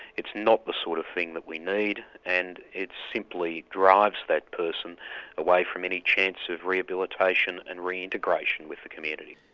it's not the sort of thing that we need, and it simply drives that person away from any chance of rehabilitation and reintegration with the community.